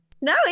No